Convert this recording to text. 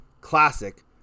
classic